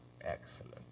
excellent